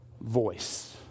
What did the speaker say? voice